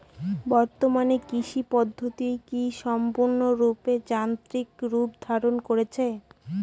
বর্তমানে কৃষি পদ্ধতি কি সম্পূর্ণরূপে যান্ত্রিক রূপ ধারণ করেছে?